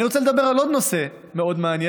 אני רוצה לדבר על עוד נושא מאוד מעניין,